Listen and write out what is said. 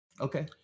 Okay